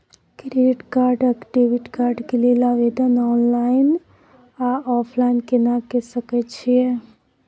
Credit card आ debit card के लेल आवेदन ऑनलाइन आ ऑफलाइन केना के सकय छियै?